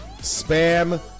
Spam